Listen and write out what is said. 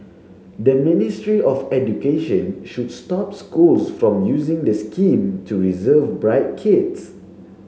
the Ministry of Education should stop schools from using the scheme to reserve bright kids